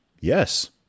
Yes